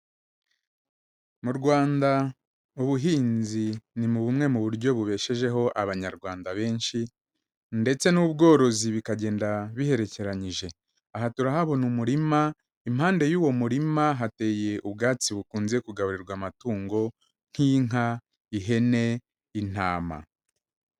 Mu Rwanda ubuhinzi ni mu bumwe mu buryo bubeshejeho Abanyarwanda benshi, ndetse n'ubworozi bikagenda biherekeranyije, aha turahabona umurima, impande y'uwo murima hateye ubwatsi bukunze kugaburirwa amatungo nk'inka, ihene, intama.